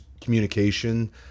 communication